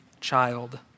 child